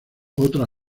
otra